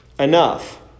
enough